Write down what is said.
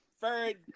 third